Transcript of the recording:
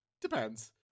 Depends